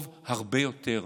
טוב הרבה יותר.